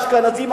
האשכנזים,